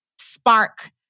spark